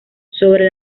sobre